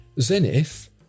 Zenith